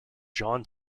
john